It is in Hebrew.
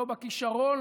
לא בכישרון,